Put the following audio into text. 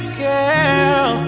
girl